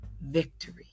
victory